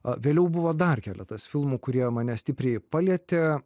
o vėliau buvo dar keletas filmų kurie mane stipriai palietė